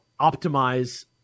optimize